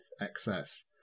excess